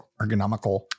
ergonomical